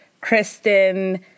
Kristen